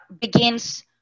begins